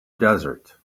desert